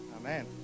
Amen